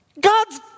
God's